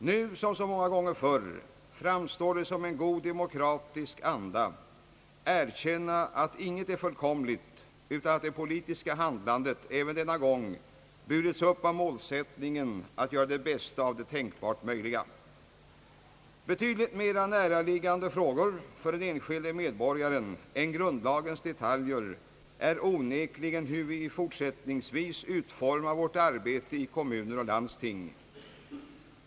Nu som så många gånger förr är det i god demokratisk anda att erkänna, att ingenting är fullkomligt utan att det politiska handlandet även denna gång burits upp av målsättningen att göra det bästa av det tänkbart möjliga. Betydligt mera näraliggande frågor för den enskilde medborgaren än grundlagens detaljer är onekligen, hur vi i fortsättningen utformar vårt arbete i kommuner och landsting.